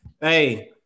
Hey